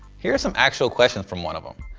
here are some actual questions from one of them.